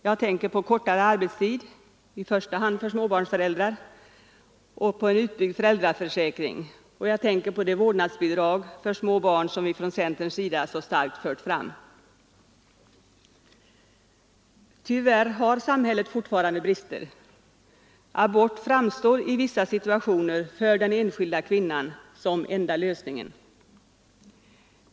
Jag tänker på kortare arbetstid i första hand för småbarnsföräldrar och en utbyggd föräldraförsäkring, och jag tänker på det vårdnadsbidrag för små barn som vi från centerns sida så starkt pläderat för. Tyvärr har samhället fortfarande brister. Abort framstår i vissa situationer för den enskilda kvinnan som enda lösningen.